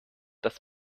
das